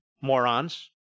morons